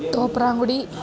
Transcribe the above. Thopramkudy